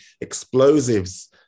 explosives